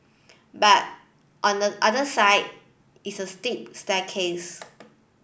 but on the other side is a steep staircase